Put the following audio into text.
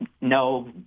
no